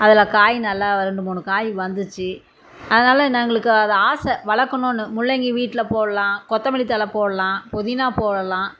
அதில் காய் நல்லா ரெண்டு மூணு காய் வந்துச்சு அதனால் ந எங்களுக்கு அது ஆசை வளர்க்கணுன்னு முள்ளங்கி வீட்டில் போடலாம் கொத்தமல்லித்தழ போடலாம் புதினா போடலாம்